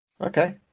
Okay